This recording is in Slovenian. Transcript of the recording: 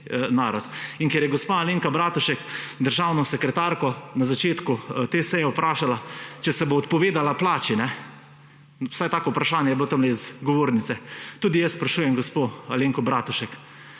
narod. In ker je gospa Alenka Bratušek državno sekretarko na začetku te seje vprašala, če se bo odpovedala plači, vsaj tako vprašanje je bilo tam iz govornice, tudi jaz sprašujem gospo Alenko Bratušek.